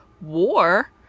war